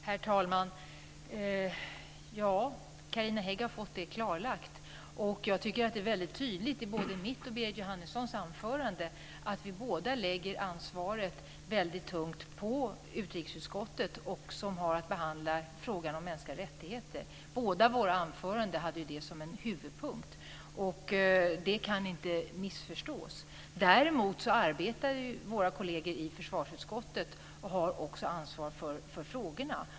Herr talman! Ja, Carina Hägg har fått det klarlagt. Det framgår tydligt av både mitt och Berit Jóhannessons anförande att vi båda lägger ansvaret på utrikesutskottet som också har att behandla frågan om mänskliga rättigheter. Våra anföranden hade ju det som en huvudpunkt, och det kan inte missförstås. Däremot har våra kolleger i försvarsutskottet ansvar för frågorna.